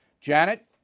Janet